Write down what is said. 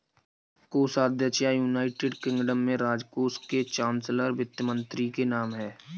कोषाध्यक्ष या, United Kingdom में, राजकोष के चांसलर वित्त मंत्री के नाम है